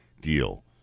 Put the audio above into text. deal